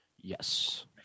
yes